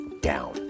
down